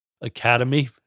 academy